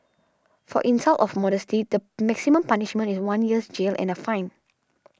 for insult of modesty the maximum punishment is one year's jail and a fine